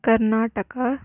Karnataka